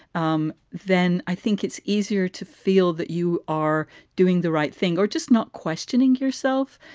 um then. i think it's easier to feel that you are doing the right thing or just not questioning yourself.